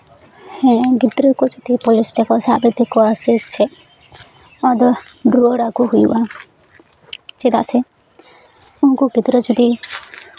ᱦᱮᱸ ᱜᱤᱫᱽᱨᱟᱹ ᱠᱚ ᱡᱩᱫᱤ ᱯᱩᱞᱤᱥ ᱛᱮᱠᱚ ᱥᱟᱵ ᱤᱫᱤ ᱠᱚᱣᱟ ᱥᱮ ᱪᱮ ᱟᱫᱚ ᱨᱩᱣᱟᱹᱲ ᱟᱜᱩ ᱦᱩᱭᱩᱜᱼᱟ ᱪᱮᱫᱟᱜ ᱥᱮ ᱩᱱᱠᱩ ᱜᱤᱫᱽᱨᱟᱹ ᱡᱩᱫᱤ